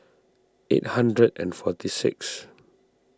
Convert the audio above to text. eight hundred and forty six